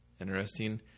interesting